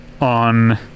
on